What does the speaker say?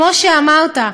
כמו שאמרת,